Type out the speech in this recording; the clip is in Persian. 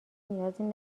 نیازی